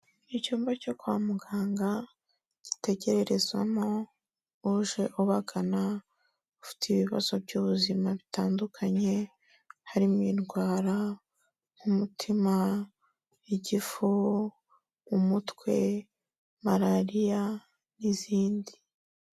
Icyumba cyo kwa muganga gitegererezwamo uje ubagana ufite ibibazo by'ubuzima bitandukanye, harimo indwara, umutima, igifu, umutwe, malariya n'izindi.